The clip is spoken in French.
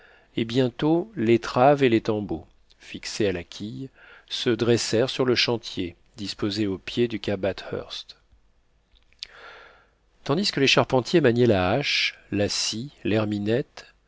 et bientôt l'étrave et l'étambot fixés à la quille se dressèrent sur le chantier disposé au pied du cap bathurst tandis que les charpentiers maniaient la hache la scie